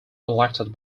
elected